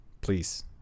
please